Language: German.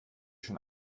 schon